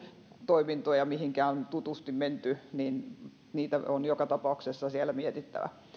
toimintoja mihinkä on tutusti menty ja niitä on joka tapauksessa siellä mietittävä